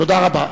תודה רבה.